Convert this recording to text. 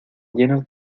llenos